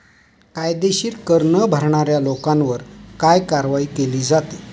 कायदेशीर कर न भरणाऱ्या लोकांवर काय कारवाई केली जाते?